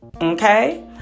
okay